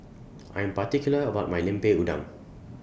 I Am particular about My Lemper Udang